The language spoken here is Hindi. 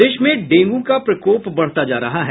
प्रदेश में डेंगू का प्रकोप बढ़ता जा रहा है